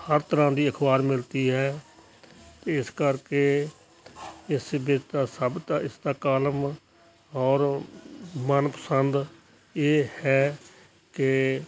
ਹਰ ਤਰ੍ਹਾਂ ਦੀ ਅਖ਼ਬਾਰ ਮਿਲਤੀ ਹੈ ਇਸ ਕਰਕੇ ਇਸ ਬਿਧਤਾ ਸਭ ਦਾ ਇਸ ਦਾ ਕਾਲਮ ਔਰ ਮਨਪਸੰਦ ਇਹ ਹੈ ਕਿ